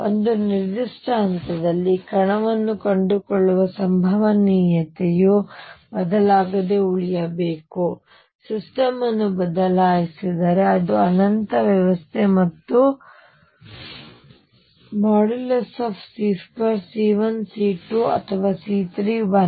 ಒಂದು ನಿರ್ದಿಷ್ಟ ಹಂತದಲ್ಲಿ ಕಣವನ್ನು ಕಂಡುಕೊಳ್ಳುವ ಸಂಭವನೀಯತೆಯು ಬದಲಾಗದೆ ಉಳಿಯಬೇಕು ನಾನು ಸಿಸ್ಟಮ್ ಅನ್ನು ಬದಲಾಯಿಸಿದರೆ ಅದು ಅನಂತ ವ್ಯವಸ್ಥೆ ಮತ್ತು ಆದ್ದರಿಂದ C2 C1 C2 ಅಥವಾ C3 1